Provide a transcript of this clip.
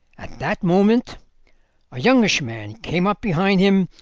at that moment a youngish man came up behind him,